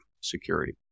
Security